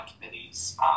committees